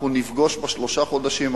אנחנו נפגוש בשלושת החודשים,